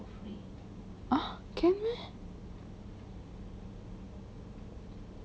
uh can meh